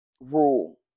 Rule